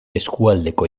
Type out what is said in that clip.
eskualdeko